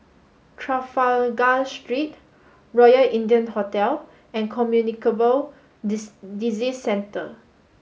Trafalgar Street Royal India Hotel and Communicable Disease Centre